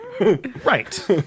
Right